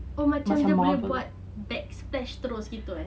oh macam boleh buat back splash terus gitu eh